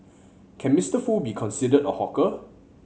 can Mister Foo be considered a hawker